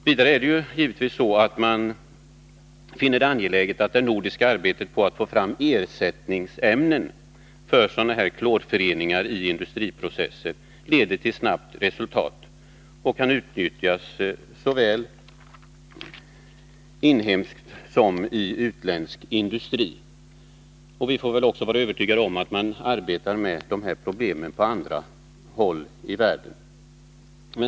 Vidare är det givetvis så, att man finner det angeläget att det nordiska arbetet på att få fram ersättningsämnen för sådana här klorföreningar i industriprocesser leder till snabbt resultat och kan utnyttjas i såväl inhemsk som utländsk industri. Vi får väl vara övertygade om att man arbetar med dessa problem också på andra håll i världen.